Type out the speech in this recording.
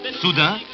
Soudain